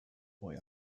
boy